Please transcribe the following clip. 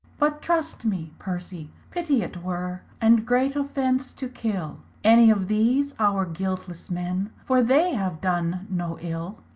but trust me, percy, pittye it were, and great offence, to kill any of these our guiltlesse men, for they have done no ill.